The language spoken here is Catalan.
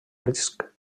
risc